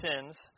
sins